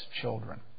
children